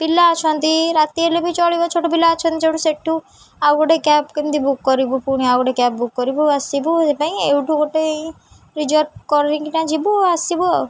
ପିଲା ଅଛନ୍ତି ରାତି ହେଲେ ବି ଚଳିବ ଛୋଟ ପିଲା ଅଛନ୍ତି ଯେଉଁଠୁ ସେଇଠୁ ଆଉ ଗୋଟେ କ୍ୟାବ୍ କେମିତି ବୁକ୍ କରିବୁ ପୁଣି ଆଉ ଗୋଟେ କ୍ୟାବ୍ ବୁକ୍ କରିବୁ ଆସିବୁ ସେଥିପାଇଁ ଏଉଠୁ ଗୋଟେ ରିଜର୍ଭ କରିକିନା ଯିବୁ ଆସିବୁ ଆଉ